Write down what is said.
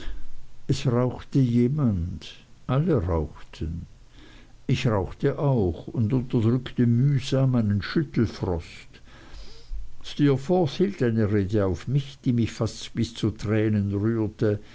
es rauchte jemand alle rauchten ich rauchte auch und unterdrückte mühsam einen schüttelfrost steerforth hielt eine rede auf mich die mich fast bis zu tränen rührte